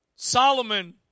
Solomon